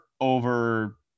over